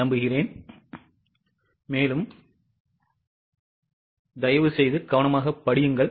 நல்லது தயவுசெய்து கவனமாகப் படியுங்கள்